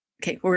Okay